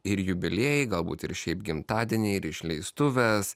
ir jubiliejai galbūt ir šiaip gimtadieniai ir išleistuvės